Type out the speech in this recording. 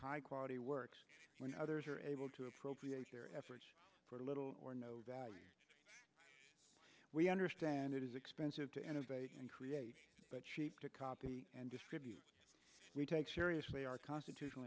high quality works when others are able to appropriate their efforts for little or no value we understand it is expensive to innovate and create but sheep to copy and distribute we take seriously our constitutional